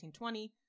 1920